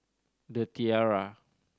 The Tiara